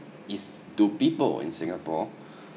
is do people in singapore